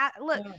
Look